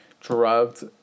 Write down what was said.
drugged